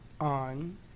on